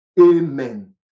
amen